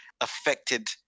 affected